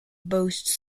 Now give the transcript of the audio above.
boasts